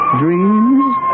Dreams